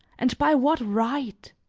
and by what right?